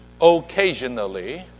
occasionally